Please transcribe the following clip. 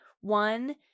One